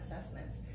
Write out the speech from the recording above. assessments